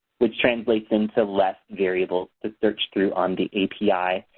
which translates into less variables the search through on the api.